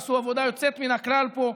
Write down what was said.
עשו עבודה יוצאת מן הכלל פה,